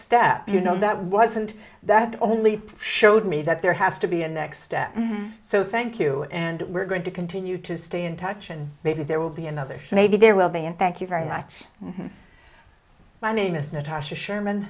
step you know that wasn't that only showed me that there has to be a next step so thank you and we're going to continue to stay in touch and maybe there will be another maybe there will be and thank you very much i mean it's not hard to sherman